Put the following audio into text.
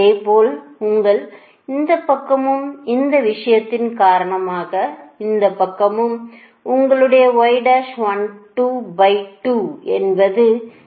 இதேபோல் உங்கள் இந்த பக்கமும் இந்த விஷயத்தின் காரணமாக இந்த பக்கமும் உங்களுடைய என்பது j 0